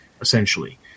essentially